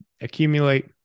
accumulate